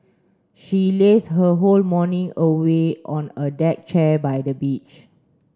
she lazed her whole morning away on a deck chair by the beach